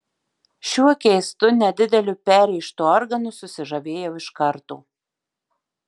šiuo keistu nedideliu perrėžtu organu susižavėjau iš karto